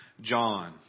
John